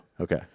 Okay